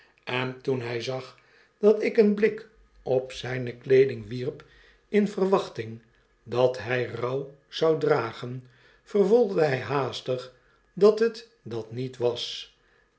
en toen hy zag dat ik een blik op zijne weeding wierp in verwachting dat hij rouw zou dragen vervolgde hij haastig dat het dat niet was